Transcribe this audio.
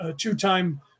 two-time